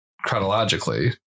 chronologically